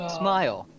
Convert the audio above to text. smile